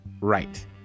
Right